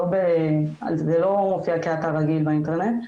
זה לא אתר רגיל באינטרנט,